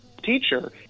teacher